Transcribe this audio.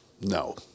no